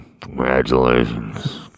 congratulations